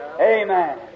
Amen